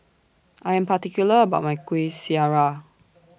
I Am particular about My Kuih Syara